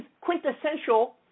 quintessential